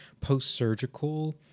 post-surgical